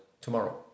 tomorrow